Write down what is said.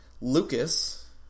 Lucas